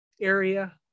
area